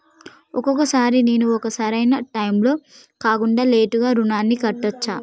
ఒక్కొక సారి నేను ఒక సరైనా టైంలో కాకుండా లేటుగా రుణాన్ని కట్టచ్చా?